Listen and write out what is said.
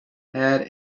had